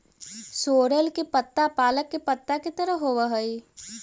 सोरल के पत्ता पालक के पत्ता के तरह होवऽ हई